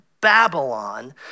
Babylon